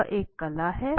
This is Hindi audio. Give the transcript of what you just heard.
यह एक कला है